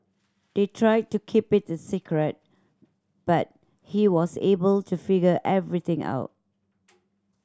they tried to keep it a secret but he was able to figure everything out